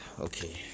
okay